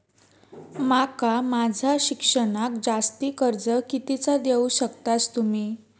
माका माझा शिक्षणाक जास्ती कर्ज कितीचा देऊ शकतास तुम्ही?